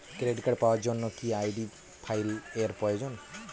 Credit card পাওয়ার জন্য কি আই.ডি ফাইল এর প্রয়োজন?